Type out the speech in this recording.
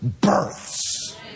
births